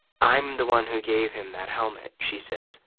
i'm the one who gave him that helmet, she says.